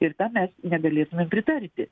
ir tam mes negalėtumėm pritarti